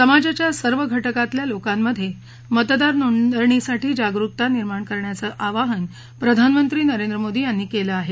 समाजाच्या सर्व घटकातल्या लोकांमधे मतदार नोंदणीसाठी जागरूकता निर्माण करण्याचं आवाहन प्रधानमंत्री नरेंद्र मोदी यांनी केलं आहे